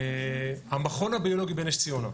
המכון הביולוגי בנס ציונה,